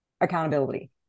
accountability